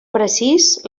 precís